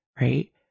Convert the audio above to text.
right